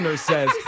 says